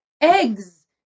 eggs